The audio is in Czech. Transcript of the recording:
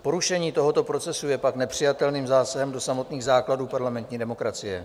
Porušení tohoto procesu je pak nepřijatelným zásahem do samotných základů parlamentní demokracie.